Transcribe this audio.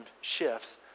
shifts